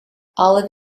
olive